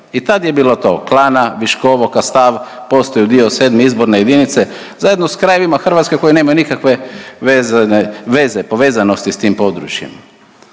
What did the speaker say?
I tada je bilo tog klana Viškovo, Kastav, postaju dio 7. izborne jedinice zajedno s krajevima Hrvatske koje nemaju nikakve veze, povezanosti s tim područjem.